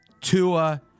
Tua